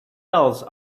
else